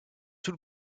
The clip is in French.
tout